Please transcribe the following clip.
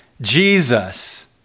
Jesus